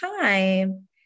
time